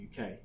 UK